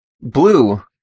blue